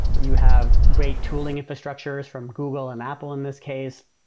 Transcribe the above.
you have great tooling infrastructures from google and apple in this case.